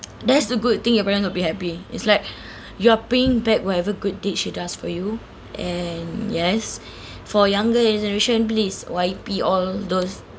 that's the good thing your parent will be happy it's like you are paying back whatever good deed she does for you and yes for younger generation please Y_P all those